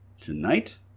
Tonight